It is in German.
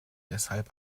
deshalb